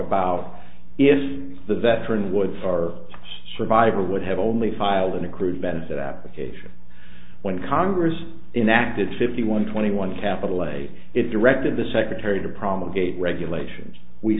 about if the veteran would far survive or would have only filed an accrued benefit application when congress enacted fifty one twenty one capital a it directed the secretary to promulgated regulations we